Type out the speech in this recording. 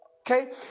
Okay